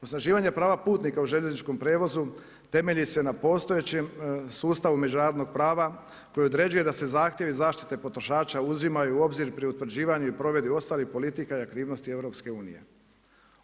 Osnaživanje prava putnika u željezničkom prijevozu temelji se na postojećim sustavu međunarodnog prava koji određuje da se zahtjevi zaštite potrošača uzimaju u obzir pri utvrđivanju i provedbi ostalih politika i aktivnosti EU-a.